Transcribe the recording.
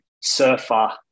surfer